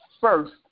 first